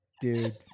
Dude